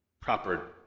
proper